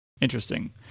interesting